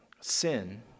sin